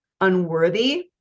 unworthy